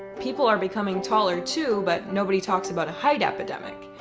people are becoming taller, too, but nobody talks about a height epidemic.